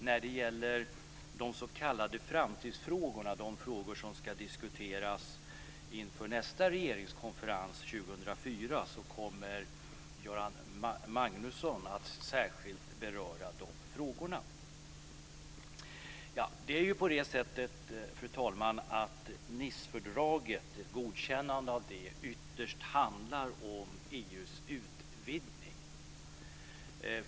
När det gäller de s.k. framtidsfrågorna, de frågor som ska diskuteras inför nästa regeringskonferens 2004 kommer Göran Magnusson att särskilt beröra dem. Fru talman! Ett godkännande av Nicefördraget handlar ytterst om EU:s utvidgning.